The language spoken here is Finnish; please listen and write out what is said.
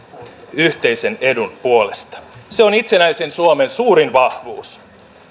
yhteisen edun puolesta se on itsenäisen suomen suurin vahvuus